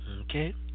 Okay